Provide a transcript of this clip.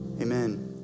Amen